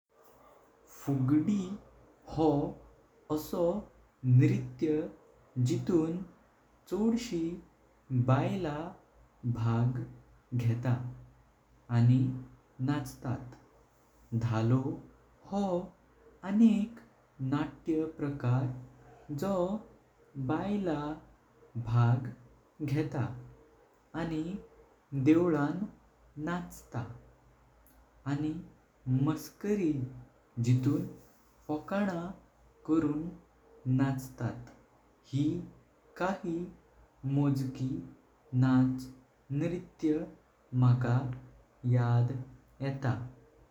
एक काम करपाचे प्रोटीन कितलो घेत तें जाणपाचे असा जाल्यार हरेक पदार्थ जो खात तेंचो प्रोटीन मोजपाचो आणि आखो एका दिसान कितलो खात तें जाणपाक शकता। जशे की मास जाले या पन पनीर जाले, सोया बीन जाली ह्यांका खूप प्रोटीन असता जी खावपाक जाता।